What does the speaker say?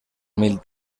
mil